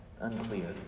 unclear